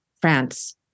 France